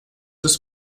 des